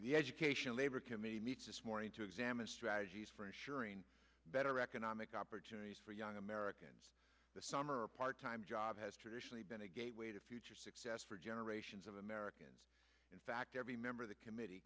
the education labor committee meets this morning to examine strategies for ensuring better economic opportunities for young americans the summer part time job has traditionally been a gateway to future success for generations of americans in fact every member of the committee